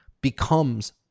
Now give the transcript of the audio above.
becomes